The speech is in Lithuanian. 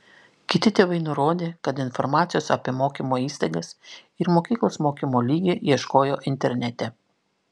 kiti tėvai nurodė kad informacijos apie mokymo įstaigas ir mokyklos mokymo lygį ieškojo internete